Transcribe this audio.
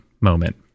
moment